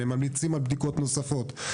הם ממליצים על בדיקות נוספות,